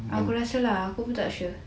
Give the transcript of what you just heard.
aku rasa lah aku pun tak sure